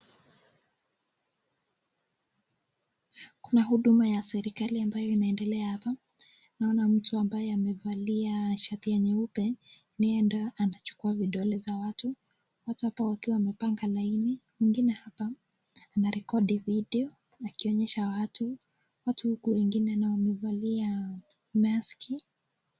Kuna huduma ya serikali ambayo inaendelea hapa. Naona mtu ambaye amevalia shati ya nyeupe ni ndio anachukua vidole za watu. Watu hapa wakiwa wamepanga laini. Mwingine hapa anarekodi video akionyesha watu. Watu huku wengine na wamevalia mask .